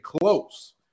close